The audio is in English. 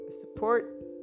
support